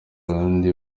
ubundi